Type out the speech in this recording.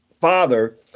father